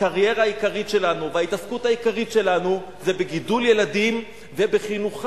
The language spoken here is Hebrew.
הקריירה העיקרית שלנו וההתעסקות העיקרית שלנו זה בגידול ילדים ובחינוכם,